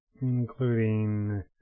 Including